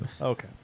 Okay